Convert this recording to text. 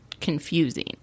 confusing